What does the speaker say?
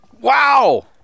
Wow